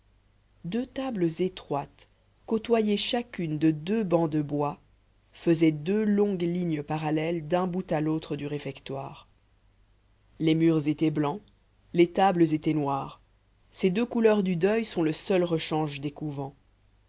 deux tables étroites côtoyées chacune de deux bancs de bois faisaient deux longues lignes parallèles d'un bout à l'autre du réfectoire les murs étaient blancs les tables étaient noires ces deux couleurs du deuil sont le seul rechange